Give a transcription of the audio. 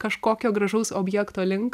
kažkokio gražaus objekto link